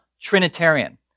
Trinitarian